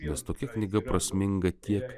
nes tokia knyga prasminga tiek